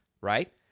right